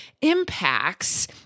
impacts